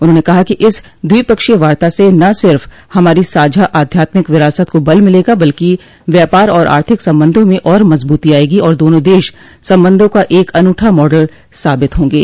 उन्होंने कहा कि इस द्विपक्षीय वार्ता से न सिर्फ हमारी साझा आध्यात्मिक विरासत को बल मिलेगा बल्कि व्यापार और आर्थिक संबंधो में और मज़बूती आयेगी और दोनों देश संबंधो का एक अनूठा मॉडल साबित होंगे